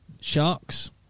Sharks